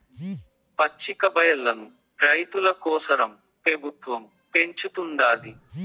పచ్చికబయల్లను రైతుల కోసరం పెబుత్వం పెంచుతుండాది